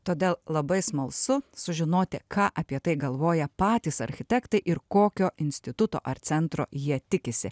todėl labai smalsu sužinoti ką apie tai galvoja patys architektai ir kokio instituto ar centro jie tikisi